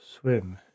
swim